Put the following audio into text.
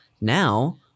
now